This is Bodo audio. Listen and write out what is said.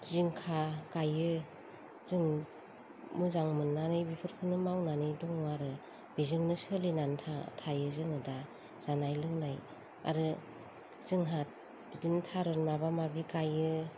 जिंखा गायो जों मोजां मोननानै बेफोरखौनो मावनानै दङ आरो बेजोंनो सोलिनानै थायो जोङो दा जानाय लोंनाय आरो जोंहा बिदिनो थारुन माबा माबि गायो